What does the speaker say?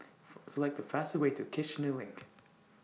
For Select The fastest Way to Kiichener LINK